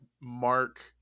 Mark